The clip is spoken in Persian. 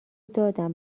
دادم